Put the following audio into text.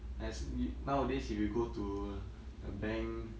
as we nowadays if you go to the bank